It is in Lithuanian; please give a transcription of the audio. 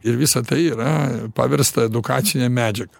ir visa tai yra paversta edukacine medžiaga